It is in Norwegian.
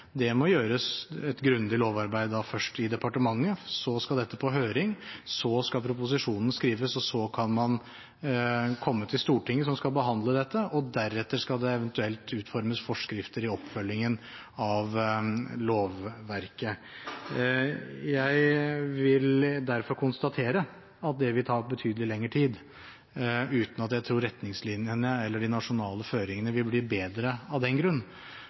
Det må gjøres et grundig lovarbeid først i departementet, så skal dette på høring, så skal proposisjonen skrives, og så kan man komme til Stortinget som skal behandle dette, og deretter skal det eventuelt utformes forskrifter i oppfølgingen av lovverket. Jeg vil derfor konstatere at det vil ta betydelig lengre tid, uten at jeg tror retningslinjene eller de nasjonale føringene vil bli bedre av den grunn.